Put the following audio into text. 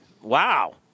wow